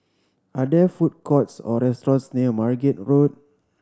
are there food courts or restaurants near Margate Road